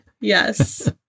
Yes